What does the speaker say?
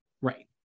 right